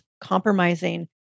compromising